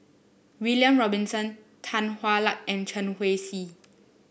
William Robinson Tan Hwa Luck and Chen Wen Hsi